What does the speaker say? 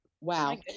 Wow